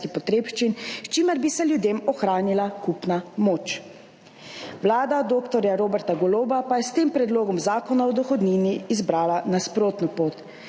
potrebščin, s čimer bi se ljudem ohranila kupna moč, vlada dr. Roberta Goloba pa je s tem predlogom zakona o dohodnini izbrala nasprotno pot,